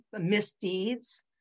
misdeeds